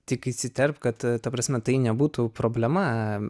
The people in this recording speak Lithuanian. tik įsiterpk kad ta prasme tai nebūtų problema